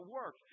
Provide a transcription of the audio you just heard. work